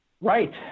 Right